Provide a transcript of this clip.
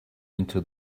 into